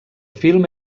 film